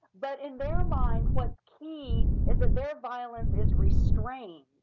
but in their mind what's key is that their violence is restrained.